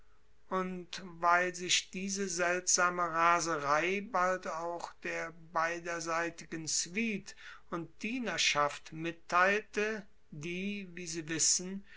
und weil sich diese seltsame raserei bald auch der beiderseitigen suite und dienerschaft mitteilte die wie sie wissen